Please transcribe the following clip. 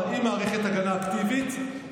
להפסיק.